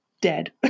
dead